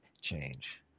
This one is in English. change